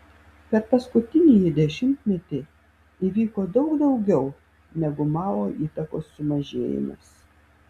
per paskutinįjį dešimtmetį įvyko daug daugiau negu mao įtakos sumažėjimas